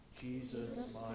Jesus